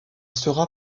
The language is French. sera